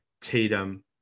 Tatum